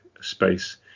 space